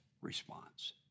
response